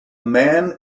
man